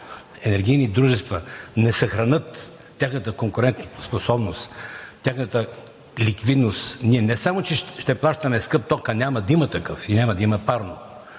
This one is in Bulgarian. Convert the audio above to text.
енергийни дружествата не съхранят тяхната конкурентоспособност, тяхната ликвидност, ние не само че ще плащаме скъп ток, а няма да има такъв и няма да има парно.